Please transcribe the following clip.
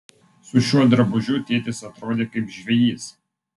su šiuo drabužiu tėtis atrodė kaip žvejys